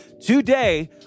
today